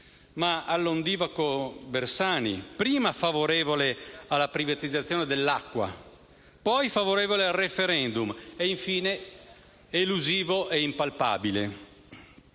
ma all'ondivago Bersani, prima favorevole alla privatizzazione dell'acqua, poi favorevole al *referendum* e, infine, elusivo e impalpabile.